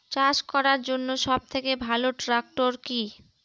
চাষ করার জন্য সবথেকে ভালো ট্র্যাক্টর কি?